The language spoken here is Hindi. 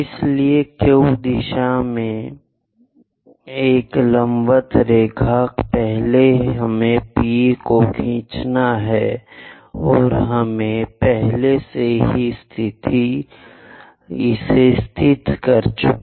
इसलिए Q दिशा में एक लंबवत रेखा पहले हमें P को खींचना है और हमें पहले से ही स्थित होना चाहिए